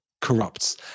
corrupts